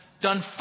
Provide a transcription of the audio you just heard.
done